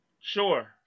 Sure